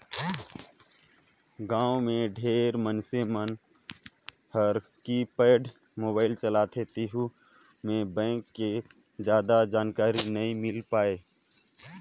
गांव मे ढेरे मइनसे मन हर कीपेड मोबाईल चलाथे तेहू मे बेंक के जादा जानकारी नइ मिल पाये